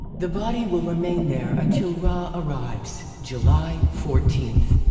the body will remain there until re arrives. july fourteenth.